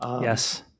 Yes